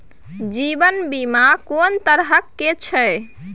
जीवन बीमा कोन तरह के छै?